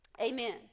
Amen